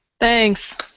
thanks.